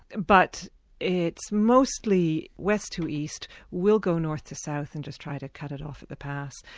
but it's mostly west to east we'll go north to south and just try to cut it off at the pass.